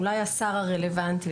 אולי השר הרלוונטי,